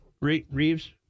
Reeves